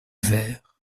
verre